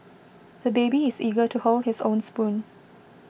the baby is eager to hold his own spoon